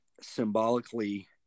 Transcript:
symbolically